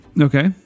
Okay